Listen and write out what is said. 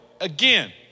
again